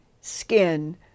skin